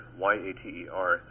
Y-A-T-E-R